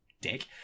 Dick